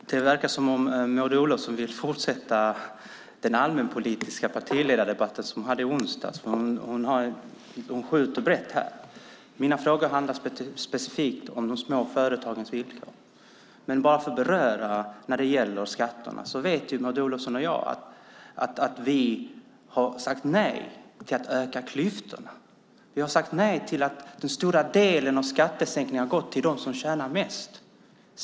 Herr talman! Det verkar som om Maud Olofsson vill fortsätta den partiledardebatt som vi hade i onsdags. Hon skjuter brett här. Mina frågor handlar specifikt om de små företagens villkor. Men jag ska beröra skatterna. Maud Olofsson vet att vi har sagt nej till att öka klyftorna. Vi har sagt nej till att den stora delen av skattesänkningarna har gått till dem som tjänar mest.